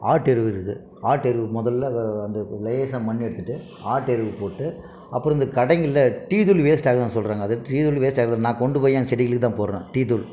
ஆட்டு எரு இருக்குது ஆட்டு எரு முதல்ல அந்த லேசாக மண் எடுத்துகிட்டு ஆட்டு எரு போட்டு அப்புறம் இந்த கடைங்களில் டீத்தூள் வேஸ்ட் ஆகுதுன்னு சொல்கிறாங்க அது டீத்தூள் வேஸ்ட் ஆகுதுன்னால் நான் கொண்டு போய் என் செடிகளுக்குதான் போடுறேன் டீத்தூள்